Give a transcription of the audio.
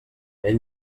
ell